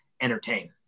entertain